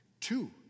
two